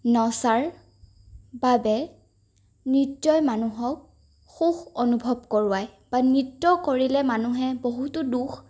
নচাৰ বাবে নৃত্যই মানুহক সুখ অনুভৱ কৰোৱায় বা নৃত্য কৰিলে মানুহে বহুতো দুখ